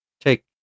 take